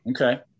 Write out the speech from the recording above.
okay